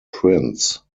prince